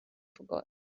forgotten